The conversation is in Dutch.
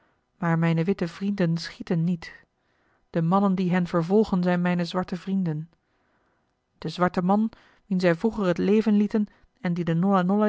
maar mijne witte vrienden schieten niet de mannen die hen vervolgen zijn mijne zwarte vrienden de zwarte man wien zij vroeger het leven lieten en die